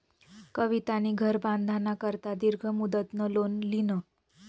कवितानी घर बांधाना करता दीर्घ मुदतनं लोन ल्हिनं